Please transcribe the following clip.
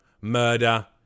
murder